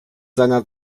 seiner